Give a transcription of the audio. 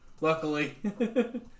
Luckily